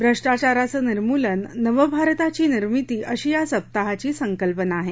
भ्रष्टाचाराचं निर्मूलन नवभारताची निर्मिती अशी या सप्ताहाची संकल्पना आहे